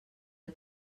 are